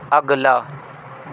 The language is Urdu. اگلا